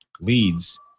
leads